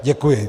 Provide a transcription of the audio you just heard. Děkuji.